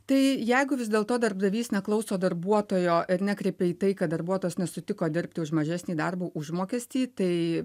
tai jeigu vis dėlto darbdavys neklauso darbuotojo ir nekreipė į tai kad darbuotojas nesutiko dirbti už mažesnį darbo užmokestį tai